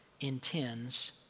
intends